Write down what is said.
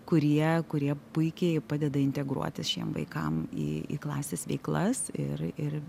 kurie kurie puikiai padeda integruotis šiem vaikam į į klasės veiklas ir ir